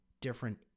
different